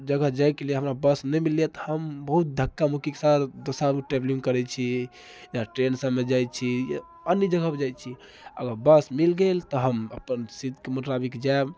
जगह जाइके लिए हमरा बस नहि मिलैए तऽ हम बहुत धक्का मुक्कीके साथ दोसर ट्रेवलिङ्ग करैत छी या ट्रैन सबमे जाइत छी या अन्य जगह पर जाइत छी अगर बस मिल गेल तऽ हम अपन सीटके मोताबिक जाएब